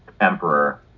emperor